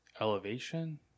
Elevation